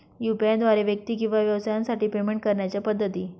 UPI द्वारे व्यक्ती किंवा व्यवसायांसाठी पेमेंट करण्याच्या पद्धती